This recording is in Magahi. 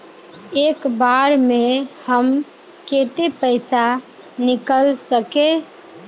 एक बार में हम केते पैसा निकल सके?